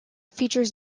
features